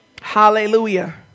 Hallelujah